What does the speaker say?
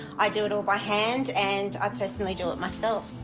i do it all by hand and i personally do it myself.